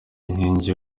inkingi